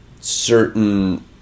certain